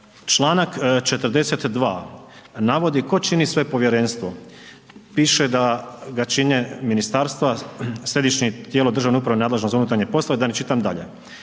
Članak 42. navodi tko čini sve povjerenstvo, piše da ga čine ministarstva, središnje tijelo državne uprave nadležno za unutarnje poslove da ne čitam dalje.